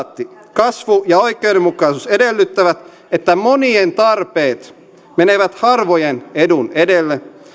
kasvu ja oikeudenmukaisuus edellyttävät että monien tarpeet menevät harvojen edun edelle